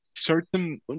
certain